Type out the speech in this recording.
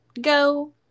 go